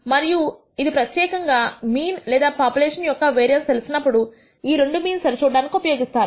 మరియు ఇది ప్రత్యేకంగా మీన్ లేదా పాపులేషన్ యొక్క వేరియన్స్ తెలిసినప్పుడు ఈ రెండు మీన్స్ సరి చూడటానికి ఉపయోగిస్తారు